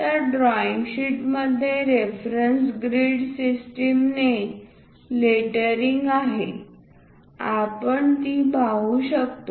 तर drawing sheet ज्यामध्ये reference grid सिस्टीमने लेटरिंग आहे आपण ती पाहू शकतो